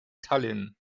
tallinn